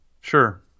Sure